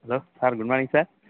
hello sir good morning sir